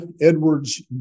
Edwards